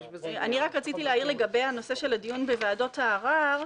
רציתי להעיר לגבי הנושא של הדיון בוועדות הערר,